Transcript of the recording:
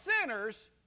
sinners